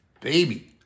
baby